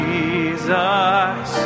Jesus